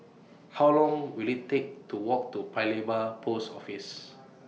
How Long Will IT Take to Walk to Paya Lebar Post Office